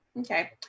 Okay